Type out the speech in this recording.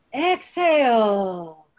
Exhale